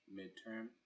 midterm